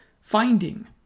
finding